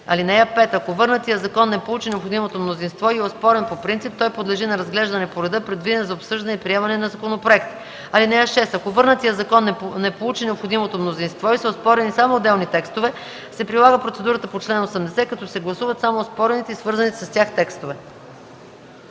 (5) Ако върнатият закон не получи необходимото мнозинство и е оспорен по принцип, той подлежи на разглеждане по реда, предвиден за обсъждане и приемане на законопроекти. (6) Ако върнатият закон не получи необходимото мнозинство и са оспорени само отделни текстове, се прилага процедурата по чл. 80, като се гласуват само оспорените и свързаните с тях текстове.”